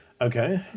Okay